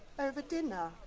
over dinner.